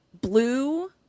blue